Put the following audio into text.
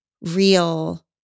real